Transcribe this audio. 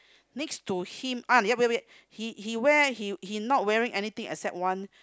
next to him uh ya wait wait he he wear he he not wearing anything except one